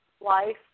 life